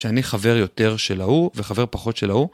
שאני חבר יותר של ההוא וחבר פחות של ההוא...